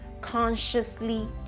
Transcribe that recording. consciously